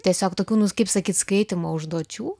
tiesiog tokių nu kaip sakyt skaitymo užduočių